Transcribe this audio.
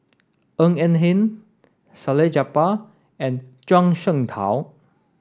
Ng Eng Hen Salleh Japar and Zhuang Shengtao